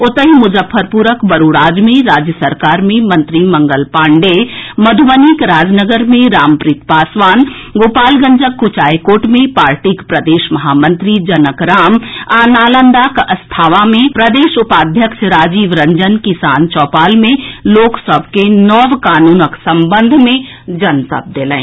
ओतहि मुजफ्फरपुर बरूराज मे राज्य सरकार मे मंत्री मंगल पाण्डेय मधुबनीक राजनगर मे रामप्रीत पासवान गोपालगंज कुचायकोट मे पार्टीक प्रदेश महामंत्री जनक राम आ नालंदाक अस्थावां मे प्रदेश उपाध्यक्ष राजीव रंजन किसान चौपाल मे लोक सभ के नव कानूनक संबंध मे जनतब देलनि